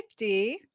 50